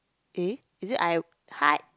eh is it I what